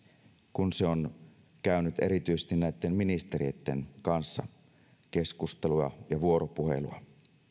kun se on käynyt erityisesti näitten ministereitten kanssa keskustelua ja vuoropuhelua